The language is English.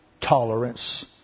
tolerance